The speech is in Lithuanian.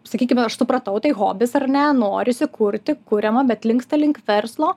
sakykime aš supratau tai hobis ar ne norisi kurti kuriama bet linksta link verslo